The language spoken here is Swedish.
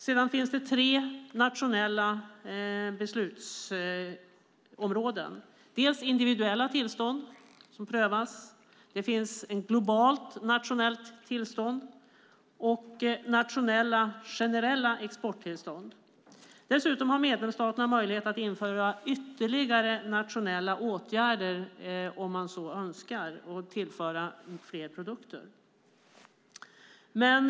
Sedan finns tre nationella beslutsområden, dels individuella tillstånd, dels globalt nationellt tillstånd och dels nationella generella exporttillstånd. Dessutom har medlemsstaterna möjlighet att införa ytterligare nationella åtgärder om de så önskar och tillföra fler produkter.